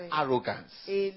arrogance